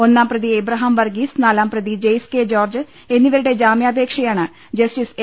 ഒന്നാം പ്രതി എബ്രഹാം വർഗീസ് നാലാംപ്രതി ജെയ്സ് കെ ജോർജ് എന്നിവരുടെ ജാമ്യാപേക്ഷയാണ് ജസ്റ്റിസ് എ